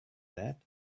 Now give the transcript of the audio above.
that